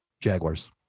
Jaguars